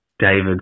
David